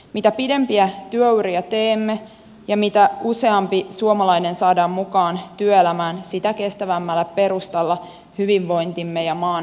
mitä pidempiä työuria teemme ja mitä useampi suomalainen saadaan mukaan työelämään sitä kestävämmällä perustalla hyvinvointimme ja maan talous ovat